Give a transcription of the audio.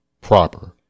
proper